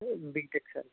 BTech sir